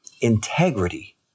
integrity